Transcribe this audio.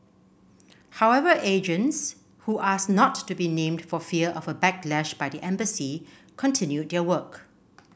however agents who asked not to be named for fear of a backlash by the embassy continued their work